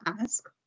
ask